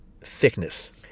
thickness